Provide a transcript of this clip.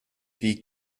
wie